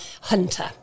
Hunter